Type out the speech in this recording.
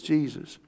Jesus